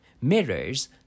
mirrors